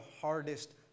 hardest